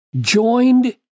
joined